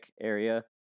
area